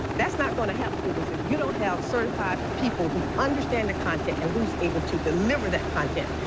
that's not going to help students. if you don't have certified people who understand the content and who are able to deliver that content,